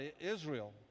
Israel